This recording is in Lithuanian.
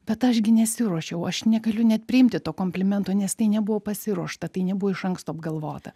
bet aš gi nesiruošiau aš negaliu net priimti to komplimento nes tai nebuvo pasiruošta tai nebuvo iš anksto apgalvota